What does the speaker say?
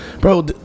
bro